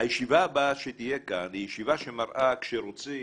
הישיבה הבאה שתהיה כאן היא ישיבה שמראה, כשרוצים,